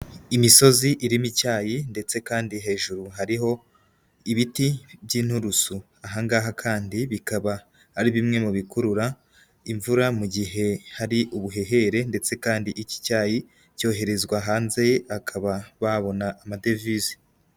Imisozi irimo icyayi ndetse kandi hejuru hariho ibiti by'inturusu, ahangaha kandi bikaba ari bimwe mu bikurura imvura mu gihe hari ubuhehere ndetse kandi iki cyayi cyoherezwa hanze bakaba babona amadevize.